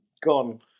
gone